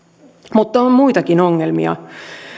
mutta on muitakin ongelmia